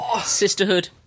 Sisterhood